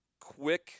quick –